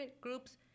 groups